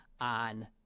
on